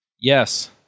Yes